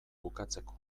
bukatzeko